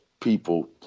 people